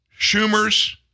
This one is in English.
Schumer's